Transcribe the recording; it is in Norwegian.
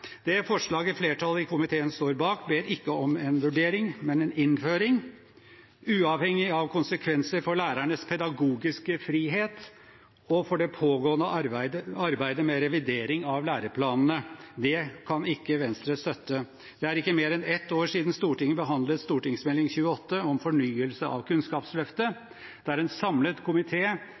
Det forslaget flertallet i komiteen står bak, ber ikke om en vurdering, men om en innføring, uavhengig av konsekvenser for lærernes pedagogiske frihet og for det pågående arbeidet med revidering av læreplanene. Det kan ikke Venstre støtte. Det er ikke mer enn ett år siden Stortinget behandlet Meld. St. 28 for 2015–2016, Fag – Fordypning – Forståelse. En fornyelse av Kunnskapsløftet. Der slo en samlet